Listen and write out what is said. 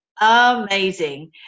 amazing